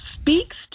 speaks